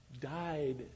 Died